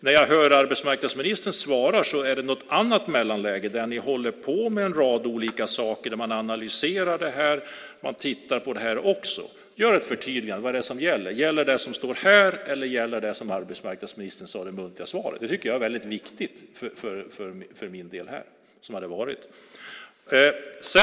När jag hör arbetsmarknadsministern svara är det något annat mellanläge, där ni håller på med en rad olika saker, där man analyserar det här och tittar på det här också. Gör ett förtydligande! Vad är det som gäller? Gäller det som står i det skriftliga svaret eller gäller det som arbetsmarknadsministern sade i det muntliga svaret? Det tycker jag är väldigt viktigt för min del här.